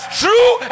true